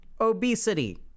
Obesity